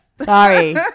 Sorry